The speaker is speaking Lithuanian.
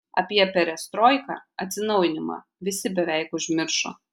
apie perestroiką atsinaujinimą visi beveik užmiršo